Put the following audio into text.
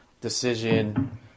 Decision